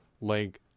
leg